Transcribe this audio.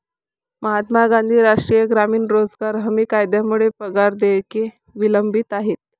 महात्मा गांधी राष्ट्रीय ग्रामीण रोजगार हमी कायद्यामुळे पगार देयके विलंबित आहेत